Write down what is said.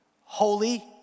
Holy